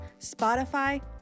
Spotify